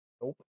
nope